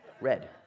Red